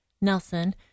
Nelson